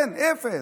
אין, אפס.